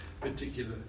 particular